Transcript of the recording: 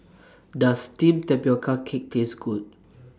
Does Steamed Tapioca Cake Taste Good